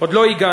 עוד לא הגענו.